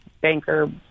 banker